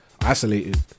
isolated